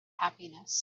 happiness